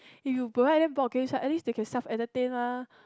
if you provide them board games right at least they can self entertain mah